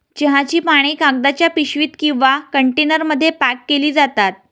चहाची पाने कागदाच्या पिशवीत किंवा कंटेनरमध्ये पॅक केली जातात